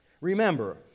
Remember